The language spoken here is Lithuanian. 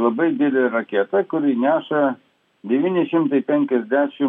labai didelė raketa kuri neša devyni šimtai penkiasdešim